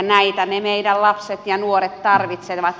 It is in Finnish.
näitä ne meidän lapset ja nuoret tarvitsevat